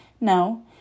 No